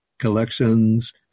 collections